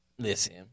Listen